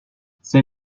ses